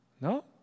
No